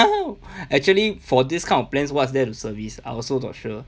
oh actually for these kind of plans what's there to service I also not sure